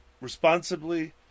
responsibly